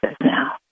now